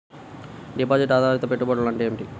Deposit ఆధారిత పెట్టుబడులు అంటే ఏమిటి?